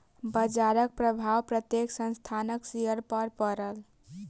बजारक प्रभाव प्रत्येक संस्थानक शेयर पर पड़ल